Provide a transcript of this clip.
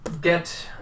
get